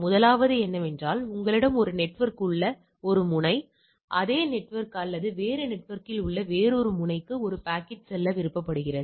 முதலாவது என்னவென்றால் உங்களிடம் ஒரு நெட்வொர்க்கில் உள்ள ஒரு முனை அதே நெட்வொர்க்கில் அல்லது வேறு நெட்வொர்க்கில் உள்ள வேறு ஒரு முனைக்கு ஒரு பாக்கெட் செல்ல விரும்பப்படுகிறது